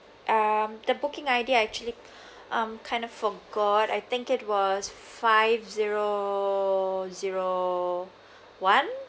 um the booking I_D I actually um kind of forgot I think it was five zero zero one